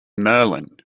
merlin